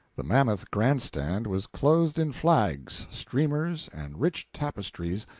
the mammoth grand-stand was clothed in flags, streamers, and rich tapestries,